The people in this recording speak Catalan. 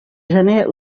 gener